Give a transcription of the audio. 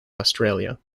australia